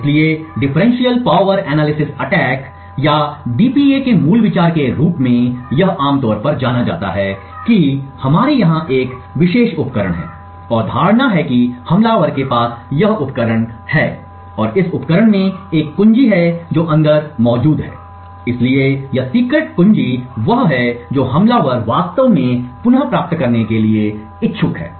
इसलिए differential power analysis attack या DPA के मूल विचार के रूप में यह आमतौर पर जाना जाता है कि हमारे यहां एक विशेष उपकरण है और धारणा है कि हमलावर के पास यह उपकरण है और इस उपकरण में एक कुंजी है जो अंदर मौजूद है इसलिए यह सिक्रेट कुंजी वह है जो हमलावर वास्तव में पुनः प्राप्त करने के लिए इच्छुक है